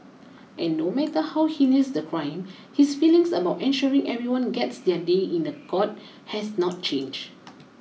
and no matter how heinous the crime his feelings about ensuring everyone gets their day in the court has not changed